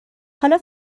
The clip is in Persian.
حالا